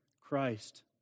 Christ